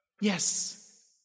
Yes